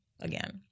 again